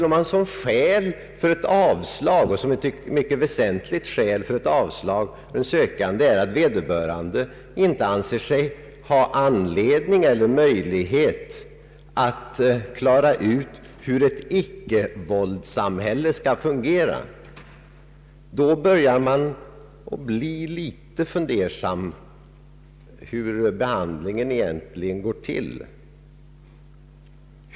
Om det anförs som ett mycket väsentligt skäl för avslag att den sökande inte anser sig ha anledning eller möjlighet att klara ut hur ett icke-våldssamhälle skall fungera, då börjar jag bli litet fundersam över hur behandlingen egentligen går till.